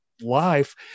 life